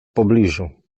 pobliżu